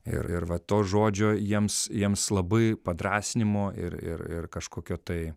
ir ir va to žodžio jiems jiems labai padrąsinimo ir ir ir kažkokio tai